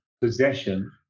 possession